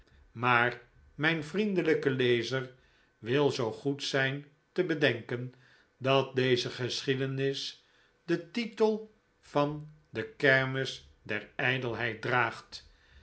maar mijn vriendelijke lezer wil zoo goed zijn te bedenken dat deze geschiedenis den titel van de kermis der ijdelheid draagt